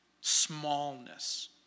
Smallness